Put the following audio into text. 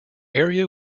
area